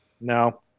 No